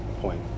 point